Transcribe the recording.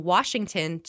Washington